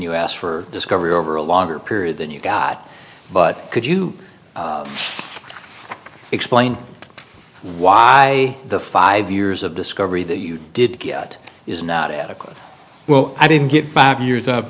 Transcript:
asked for discovery over a longer period than you got but could you explain why the five years of discovery that you did get is not adequate well i didn't get five years o